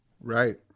right